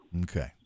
Okay